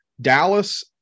Dallas